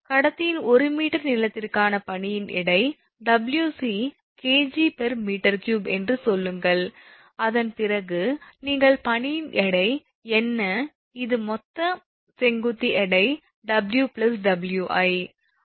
கடத்தியின் 1 மீட்டர் நீளத்திற்கான பனியின் எடை 𝑊𝑐 𝐾𝑔𝑚3 என்று சொல்லுங்கள் அதன் பிறகு நீங்கள் பனியின் எடை என்ன இது மொத்த செங்குத்து எடை 𝑊𝑊𝑖